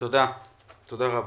תודה רבה.